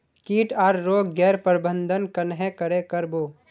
किट आर रोग गैर प्रबंधन कन्हे करे कर बो?